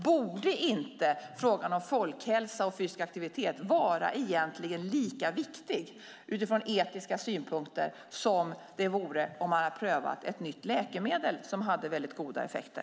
Borde inte frågan om folkhälsa och fysisk aktivitet egentligen vara lika viktig utifrån etiska synpunkter som om man hade prövat ett nytt läkemedel som hade väldigt goda effekter?